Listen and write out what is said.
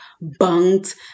Bunked